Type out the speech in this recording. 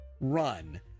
run